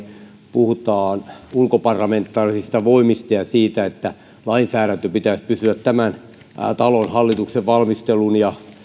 puhutaan ulkoparlamentaarisista voimista ja siitä että lainsäädännön pitäisi pysyä tämän hallituksen valmistelemana ja